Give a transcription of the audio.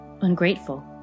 ungrateful